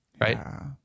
Right